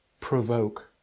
provoke